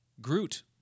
Groot